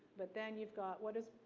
but then you've got what is,